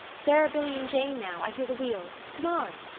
there are billy and jane now i hear the wheels. come on.